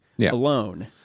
alone